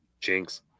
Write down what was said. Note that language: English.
Jinx